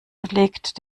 legt